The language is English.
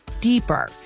deeper